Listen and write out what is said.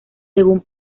según